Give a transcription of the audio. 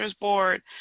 board